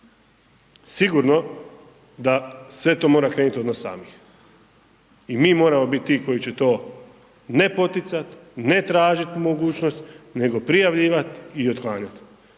sigurno da sve to mora krenut od nas samih i mi moramo biti ti koji će to ne poticat, ne tražit mogućnost nego prijavljivat i otklanjat,